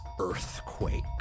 earthquake